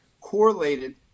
correlated